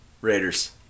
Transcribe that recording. Raiders